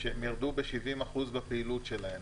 שהן ירדו ב-70% בפעילות שלהן.